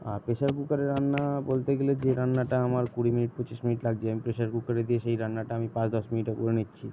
আর pressure কুকারে রান্না বলতে গেলে যে রান্নাটা আমার কুড়ি মিনিট পঁচিশ মিনিট লাগে আমি প্রেসার কুকারে দিয়ে সেই রান্নাটা আমি পাঁচ দশ মিনিটে করে নিচ্ছি